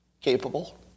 capable